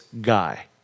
guy